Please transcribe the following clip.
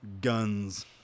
guns